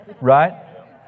Right